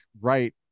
right